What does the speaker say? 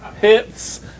Hits